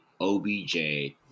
OBJ